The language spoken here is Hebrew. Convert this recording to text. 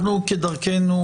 אנחנו כדרכנו,